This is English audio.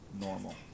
normal